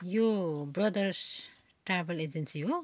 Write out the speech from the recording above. यो brothers travel agency हो